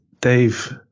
Dave